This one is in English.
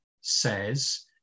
says